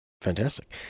Fantastic